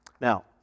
Now